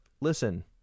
listen